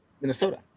Minnesota